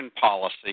policy